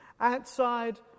outside